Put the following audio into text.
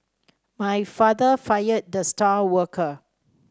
my father fired the star worker